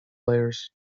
layers